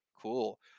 Cool